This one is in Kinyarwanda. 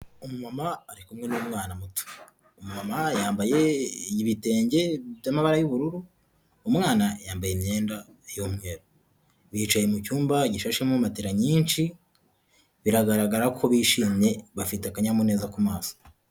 Umumama ari kumwe n'umwana muto. Umumama yambaye ibitenge by'amabara y'ubururu, umwana yambaye imyenda y'umweru, bicaye mu cyumba gishashemo matera nyinshi, biragaragara ko bishimye, bafite akanyamuneza ku maso.